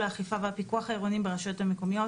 האכיפה והפיקוח העירוניים ברשויות המקומיות